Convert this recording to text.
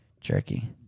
jerky